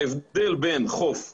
ההבדל בין חוף מטופל,